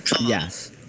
Yes